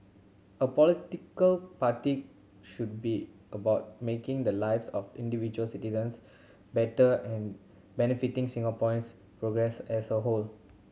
a political party should be about making the lives of individual citizens better and benefiting Singaporeans progress as a whole